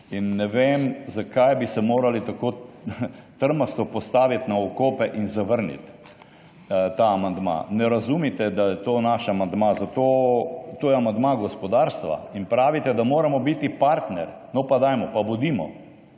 in ne vem, zakaj bi se morali tako trmasto postaviti na okope in zavrniti ta amandma. Ne razumite, da je to naš amandma, to je amandma gospodarstva, in pravite, da moramo biti partner. No, pa dajmo, pa bodimo,